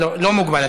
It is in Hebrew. לא מוגבל.